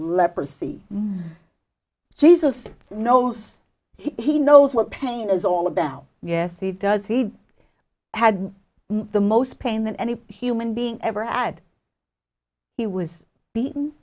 leprosy jesus knows he knows what pain is all about yes he does he had the most pain than any human being ever add he was beaten